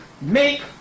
make